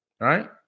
right